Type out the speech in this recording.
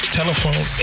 telephone